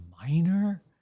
minor